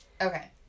Okay